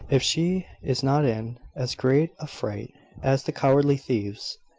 if she is not in as great a fright as the cowardly thieves!